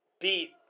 beat